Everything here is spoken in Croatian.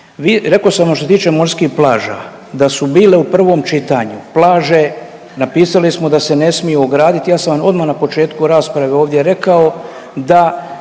rekao sam ono što se tiče morskih plaža da su bile u prvom čitanju plaže napisali smo sa se ne smiju ograditi, ja sam odah na početku rasprave ovdje rekao da